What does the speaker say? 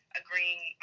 agreeing